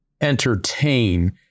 entertain